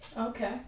Okay